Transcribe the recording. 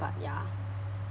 but ya